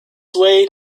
way